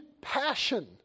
passion